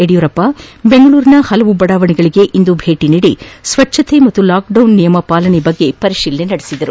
ಯಡಿಯೂರಪ್ಪ ಬೆಂಗಳೂರಿನ ಪಲವು ಬಡಾವಣೆಗಳಿಗೆ ಭೇಟಿ ನೀಡಿ ಸ್ವಚ್ನತೆ ಹಾಗೂ ಲಾಕ್ಡೌನ್ ನಿಯಮ ಪಾಲನೆ ಕುರಿತು ಪರಿಶೀಲಿಸಿದರು